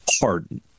pardon